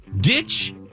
Ditch